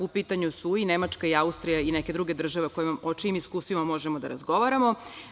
U pitanju su i Nemačka i Austrija i neke druge države o čijim iskustvima možemo da razgovaramo.